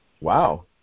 Wow